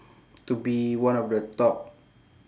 to be one of the top